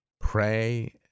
pray